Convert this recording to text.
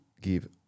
give